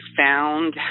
found